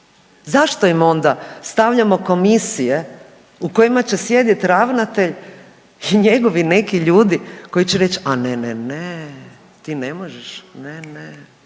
Zašto im onda stavljamo komisije u kojima će sjedit ravnatelj i njegovi neki ljudi koji će reć a ne, ne, ne, ti ne možeš, ne, ne,